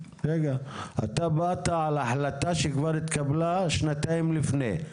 אתה באת להחלטה שכבר התקבלה שנתיים לפני.